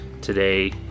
today